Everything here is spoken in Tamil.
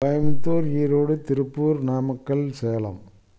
கோயம்புத்தூர் ஈரோடு திருப்பூர் நாமக்கல் சேலம்